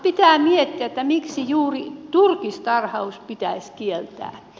pitää miettiä miksi juuri turkistarhaus pitäisi kieltää